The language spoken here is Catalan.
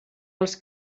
els